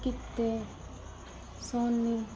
ਕੀਤੇ ਸੋਨੀ